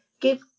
give